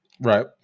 Right